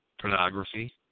Pornography